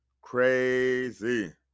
crazy